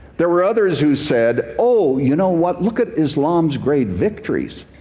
there were others who said, oh, you know what? look at islam's great victories.